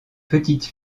petite